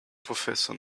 professor